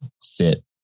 sit